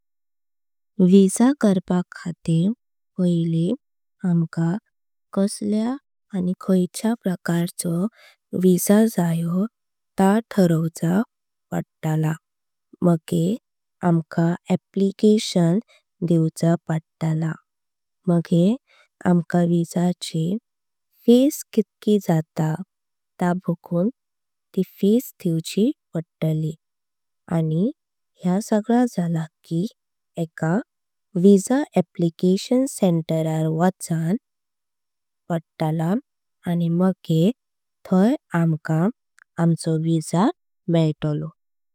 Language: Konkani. विसा करपा खातिर पयली आमका कसल्या प्रकारचो। विसा जाव ता ठरवच पडलां मगर आमका अप्लिकेशन। दिऊच पडलां मगर आमका विसा ची फी्स दिवचि पडलां। आणि या सगळा झाला की एका विसा अप्लिकेशन सेंटर। रार वैच पडलां आणि मगर थय आमका आमचो विसा मेळता।